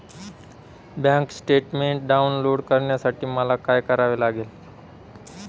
Bank statement download करण्यासाठी मला काय करावे लागेल?